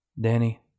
Danny